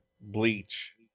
bleach